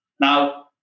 Now